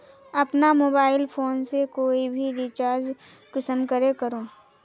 अपना mobile phone से कोई भी रिचार्ज कुंसम करे करूम?